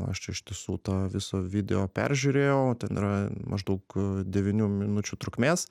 aš čia iš tiesų tą visą video peržiūrėjau ten yra maždaug devynių minučių trukmės